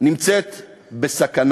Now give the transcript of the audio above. נמצאת בסכנה,